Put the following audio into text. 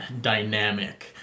dynamic